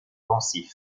pensif